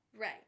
Right